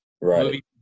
Right